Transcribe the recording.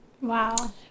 Wow